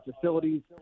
facilities